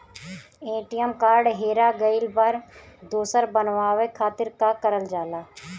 ATM card हेरा गइल पर दोसर बनवावे खातिर का करल जाला?